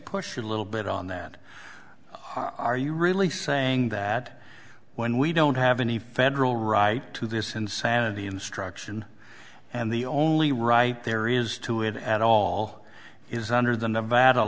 push you a little bit on that are you really saying that when we don't have any federal right to this insanity instruction and the only right there is to it at all is under the n